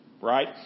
Right